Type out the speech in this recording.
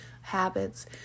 habits